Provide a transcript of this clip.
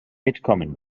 mitkommen